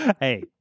Hey